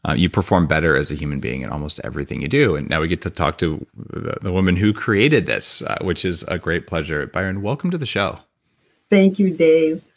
ah you perform better as a human being in almost everything you do. and now we get to talk to the the woman who created this, which is a great pleasure. byron, welcome to the show thank you, dave.